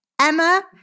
Emma